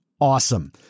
Awesome